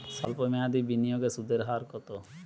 সল্প মেয়াদি বিনিয়োগে সুদের হার কত?